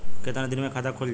कितना दिन मे खाता खुल जाई?